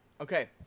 Okay